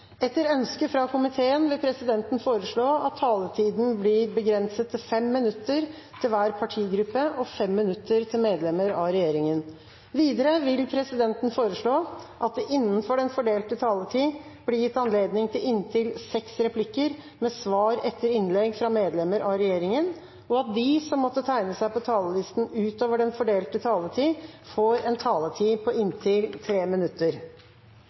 Etter ønske fra kirke-, utdannings- og forskningskomiteen vil presidenten foreslå at taletiden blir begrenset til 5 minutter til hver partigruppe og 5 minutter til medlemmer av regjeringen. Videre vil presidenten foreslå at det blir gitt anledning til inntil seks replikker med svar etter innlegg fra medlemmer av regjeringen innenfor den fordelte taletid, og at de som måtte tegne seg på talerlisten utover den fordelte taletid, får en taletid på inntil 3 minutter.